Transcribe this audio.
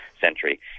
century